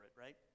right